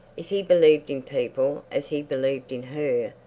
if he believed in people as he believed in her,